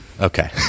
Okay